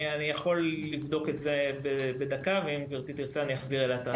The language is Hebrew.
אני יכול לבדוק את זה בדקה ואם גברתי תרצה אני אעביר אליה את המספר.